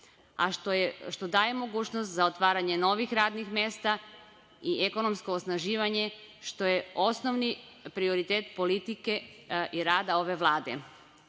a što daje mogućnost za otvaranje novih radnih mesta i ekonomsko osnaživanje, što je osnovni prioritet politike i rada ove